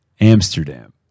Amsterdam